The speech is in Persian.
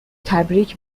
تبریک